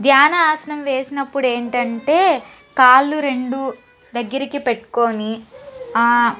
ధ్యాన ఆసనం వేసినప్పుడు ఏంటంటే కాళ్లు రెండు దగ్గరికి పెట్టుకుని